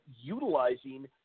utilizing